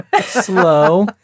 Slow